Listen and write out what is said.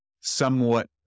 somewhat